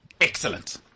Excellent